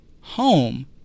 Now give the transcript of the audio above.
home